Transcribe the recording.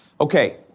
Okay